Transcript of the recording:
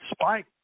Spike